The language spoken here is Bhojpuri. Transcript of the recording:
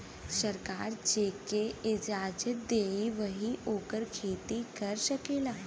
सरकार जेके इजाजत देई वही ओकर खेती कर सकेला